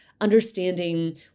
understanding